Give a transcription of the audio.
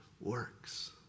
works